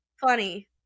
funny